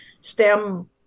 STEM